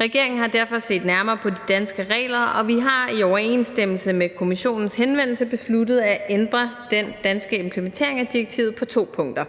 Regeringen har derfor set nærmere på de danske regler, og vi har i overensstemmelse med Kommissionens henvendelse besluttet at ændre den danske implementering af direktivet på to punkter,